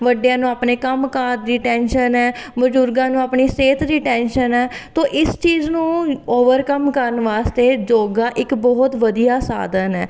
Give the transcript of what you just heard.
ਵੱਡਿਆਂ ਨੂੰ ਆਪਣੇ ਕੰਮਕਾਰ ਦੀ ਟੈਂਸ਼ਨ ਹੈ ਬਜ਼ੁਰਗਾਂ ਨੂੰ ਆਪਣੀ ਸਿਹਤ ਦੀ ਟੈਨਸ਼ਨ ਹੈ ਤਾਂ ਇਸ ਚੀਜ਼ ਨੂੰ ਓਵਰਕਮ ਕਰਨ ਵਾਸਤੇ ਯੋਗਾ ਇੱਕ ਬਹੁਤ ਵਧੀਆ ਸਾਧਨ ਹੈ